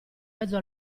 mezzo